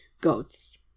goats